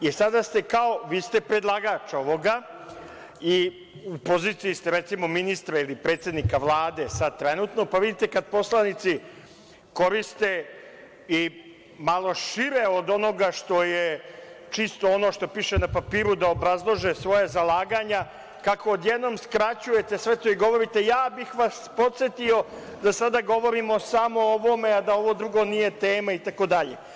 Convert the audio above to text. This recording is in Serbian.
Vi ste predlagač ovoga i u poziciji ste ministra ili predsednika Vlade trenutno, pa vidite kada poslanici koriste i malo šire od onoga što je čisto ono što piše na papiru, da obrazlože svoja zalaganja, kako odjednom skraćujete sve to i govorite – ja bih vas podsetio da sada govorimo samo o ovome, a da ovo drugo nije tema itd?